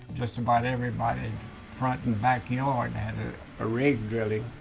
just about everybody's front and back yard had a rig drilling.